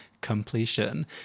completion